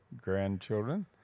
grandchildren